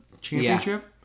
championship